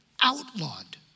outlawed